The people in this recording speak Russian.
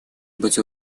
быть